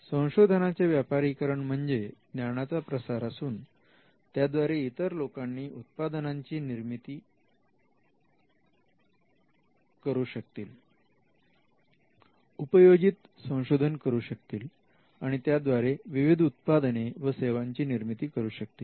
संशोधनाचे व्यापारीकरण म्हणजे ज्ञानाचा प्रसार असून त्याद्वारे इतर लोक उत्पादनांची निर्मिती करू शकतील उपयोजित संशोधन करू शकतील आणि त्याद्वारे विविध उत्पादने व सेवांची निर्मिती करू शकतील